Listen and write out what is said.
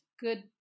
good